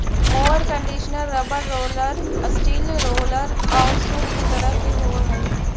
mower conditioner rubber roller, steel roller औउर सूप के तरह के होवऽ हई